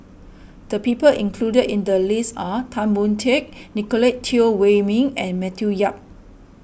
the people included in the list are Tan Boon Teik Nicolette Teo Wei Min and Matthew Yap